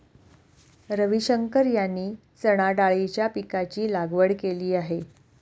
रविशंकर यांनी चणाडाळीच्या पीकाची लागवड केली आहे